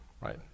right